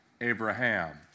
Abraham